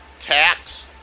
tax